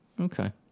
Okay